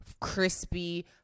crispy